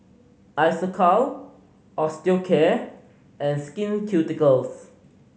Isocal Osteocare and Skin Ceuticals